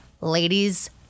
Ladies